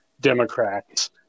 Democrats